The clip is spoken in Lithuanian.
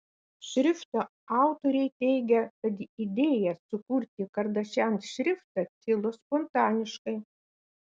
šrifto autoriai teigia kad idėja sukurti kardashian šriftą kilo spontaniškai